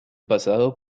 pasado